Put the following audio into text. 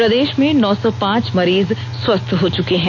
प्रदेश में नौ सौ पांच मरीज स्वस्थ हो चुके हैं